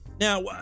Now